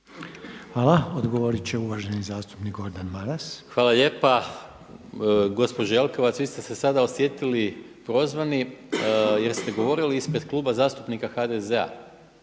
Hvala. Odgovorit će uvaženi zastupnik Gordan Maras. **Maras, Gordan (SDP)** Hvala lijepa. Gospođo Jelkovac, vi ste se sada osjetili prozvani jer ste govorili ispred Kluba zastupnika HDZ-a.